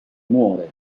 muore